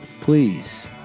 please